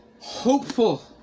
hopeful